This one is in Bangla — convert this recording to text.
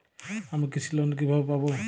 আমি কৃষি লোন কিভাবে পাবো?